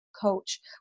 coach